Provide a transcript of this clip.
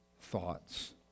thoughts